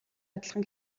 адилхан